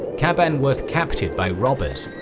qaban was captured by robbers.